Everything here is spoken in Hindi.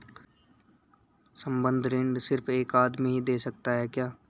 संबंद्ध ऋण सिर्फ एक आदमी ही दे सकता है क्या?